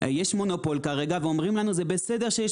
יש מונופול כרגע ואומרים לנו זה בסדר שיש